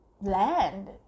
land